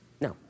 No